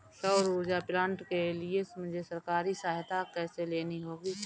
सौर ऊर्जा प्लांट के लिए मुझे सरकारी सहायता कैसे लेनी होगी?